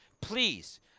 please